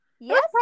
Yes